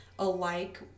Alike